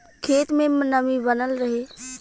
खेत में नमी बनल रहे ओकरे खाती का करे के चाही?